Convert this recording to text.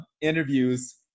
interviews